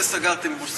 בזה סגרתם כמו שסגרתם,